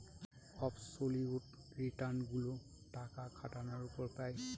absolute return গুলো টাকা খাটানোর উপর পাই